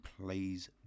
plays